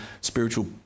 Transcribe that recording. spiritual